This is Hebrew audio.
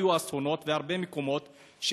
והיו אסונות בהרבה מקומות,